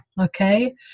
okay